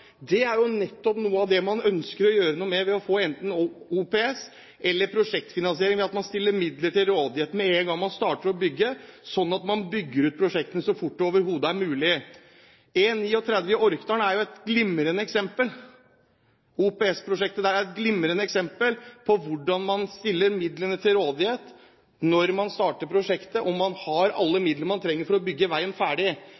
Det er jo nettopp noe av det man ønsker å gjøre noe med ved å få enten OPS eller prosjektfinansiering, ved at man stiller midler til rådighet med en gang man starter å bygge, sånn at man bygger ut prosjektene så fort det overhodet er mulig. OPS-prosjektet E39 i Orkdal er et glimrende eksempel på hvordan man stiller midlene til rådighet når man starter prosjektet, og man har alle